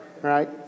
Right